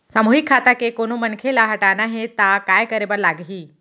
सामूहिक खाता के कोनो मनखे ला हटाना हे ता काय करे बर लागही?